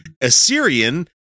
assyrian